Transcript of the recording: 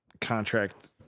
contract